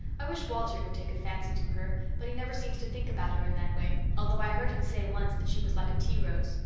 i wish walter would take a fancy to her, but he never seems to think about her in that way, although i heard him say once she was like a tea rose.